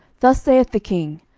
thus saith the king,